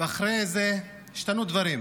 ואחרי זה השתנו דברים: